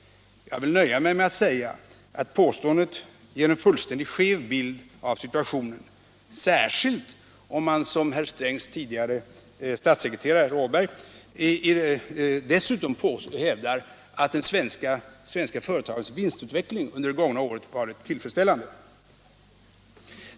Jag nöjer mig med att säga att påståendet ger en helt skev bild av situationen, särskilt om man — som herr Strängs tidigare statssekreterare Carl-Johan Åberg — dessutom hävdar att de svenska företagens vinstutveckling under det gångna året har varit tillfredsställande.